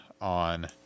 on